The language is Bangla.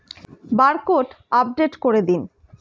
বারকোড আপডেট করে দিন?